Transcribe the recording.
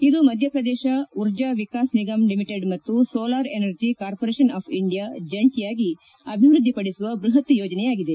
ಇದು ಮಧ್ಯಪ್ರದೇಶ ಉರ್ಜಾ ವಿಕಾಸ್ ನಿಗಮ್ ಲಿಮಿಟೆಡ್ ಮತ್ತು solar energy corporation of India ಜಂಟಿಯಾಗಿ ಅಭಿವ್ಪದ್ದಿ ಪಡಿಸುವ ಬ್ಬಹತ್ ಯೋಜನೆಯಾಗಿದೆ